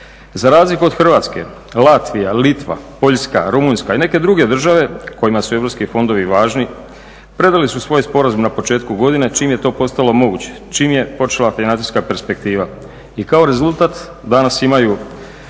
Za razliku od Hrvatske Latvija, Litva, Poljska, Rumunjska i neke druge države kojima su europski fondovi važni predali su svoj sporazum na početku godine čim je to postalo moguće, čim je počela financijska perspektiva. I kao rezultat danas imaju